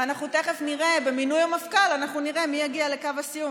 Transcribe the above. אנחנו תכף נראה במינוי המפכ"ל מי יגיע לקו הסיום.